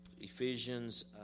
Ephesians